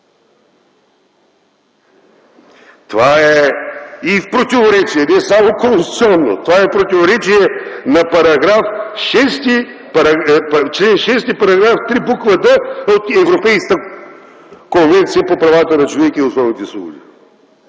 Това е и в противоречие, не само конституционно, а това е противоречие на Член 6, Параграф 3, буква „д” от Европейската конвенция за защита правата на човека и основните свободи.